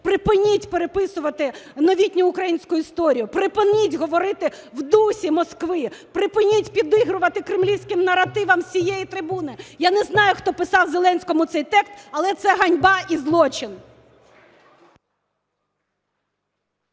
Припиніть переписувати новітню українську історію. Припиніть говорити в дусі Москви. Припиніть підігрувати кремлівським наративам з цієї трибуни. Я не знаю, хто писав Зеленському цей текст, але це ганьба і злочин.